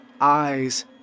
eyes